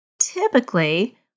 typically